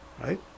right